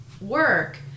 work